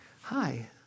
hi